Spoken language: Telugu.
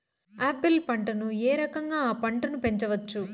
ఆపిల్ పంటను ఏ రకంగా అ పంట ను పెంచవచ్చు?